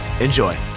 Enjoy